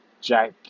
jack